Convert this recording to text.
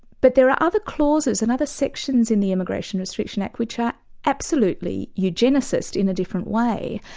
but there are other clauses and other sections in the immigration restriction act which are absolutely eugenicist in a different way,